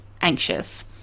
anxious